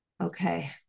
Okay